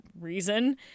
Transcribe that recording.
reason